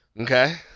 okay